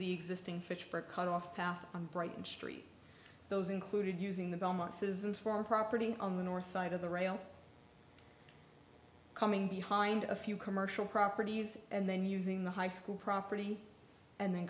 the existing fitchburg cut off half on brighton street those included using the belmont citizens for our property on the north side of the rail coming behind a few commercial properties and then using the high school property and then